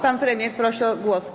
Pan premier prosi o głos.